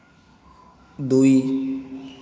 ଦୁଇ